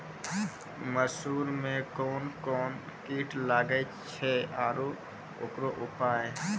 मसूर मे कोन कोन कीट लागेय छैय आरु उकरो उपाय?